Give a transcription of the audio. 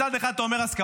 מצד אחד, אתה אומר הסכמה.